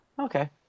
Okay